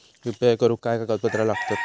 UPI करुक काय कागदपत्रा लागतत?